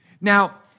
Now